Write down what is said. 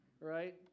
right